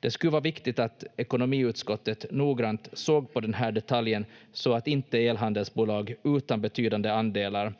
Det skulle vara viktigt att ekonomiutskottet noggrant såg på den här detaljen så att inte elhandelsbolag utan betydande andelar,